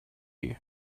you